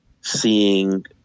seeing